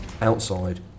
Outside